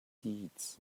seats